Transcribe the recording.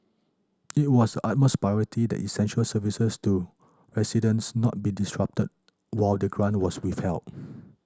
it was the utmost priority that essential services to residents not be disrupted while the grant was withheld